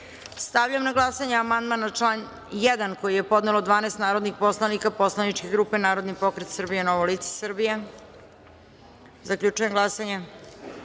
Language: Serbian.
na glasanje amandman na član 1. koji je podnelo 12 narodnih poslanika poslaničke grupe Narodne pokret Srbije – Novo lice Srbije. Zaključujem glasanje. Niko